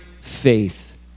faith